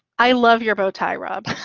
i love your bow tie rob.